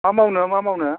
मा मावनो मा मावनो